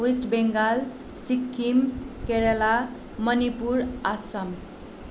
West Bengal Sikkim Kerala Manipur Assam